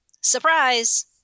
surprise